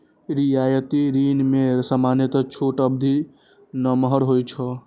रियायती ऋण मे सामान्यतः छूट अवधि नमहर होइ छै